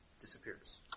disappears